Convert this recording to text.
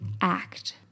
act